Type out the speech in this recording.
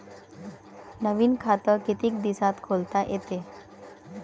नवीन खात कितीक दिसात खोलता येते?